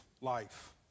life